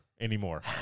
anymore